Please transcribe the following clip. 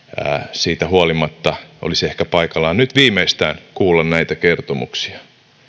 siitä huolimatta olisi ehkä paikallaan nyt viimeistään kuulla näitä kertomuksia